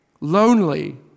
lonely